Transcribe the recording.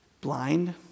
blind